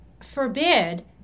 forbid